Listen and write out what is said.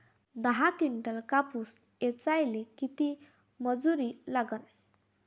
दहा किंटल कापूस ऐचायले किती मजूरी लागन?